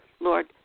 Lord